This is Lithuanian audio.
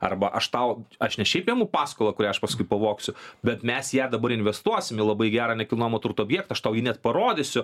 arba aš tau aš ne šiaip imu paskolą kurią aš paskui pavogsiu bet mes ją dabar investuosim į labai gerą nekilnojamo turto aš tau jį net parodysiu